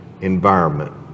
environment